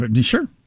sure